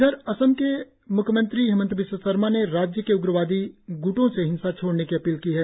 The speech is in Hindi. इधर असम के म्ख्यमंत्री हिमंत विश्व शर्मा ने राज्य के उग्रवादी ग्टों से हिंसा छोडने की अपील की है